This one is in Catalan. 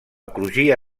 crugia